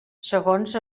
segons